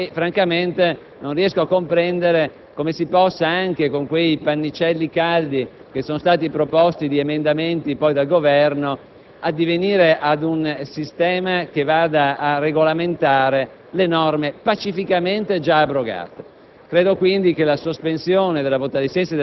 preveda siffatto metodo e francamente non riesco a comprendere come si possa, anche con quei pannicelli caldi che sono gli emendamenti proposti dal Governo, addivenire ad un sistema che vada a regolamentare le norme pacificamente già abrogate.